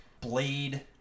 blade